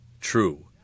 true